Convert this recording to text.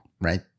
right